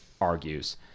argues